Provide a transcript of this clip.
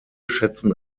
schätzen